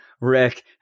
Rick